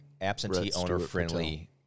absentee-owner-friendly